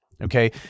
okay